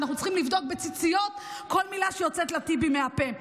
ואנחנו צריכים לבדוק בציציות כל מילה שיוצאת לטיבי מהפה.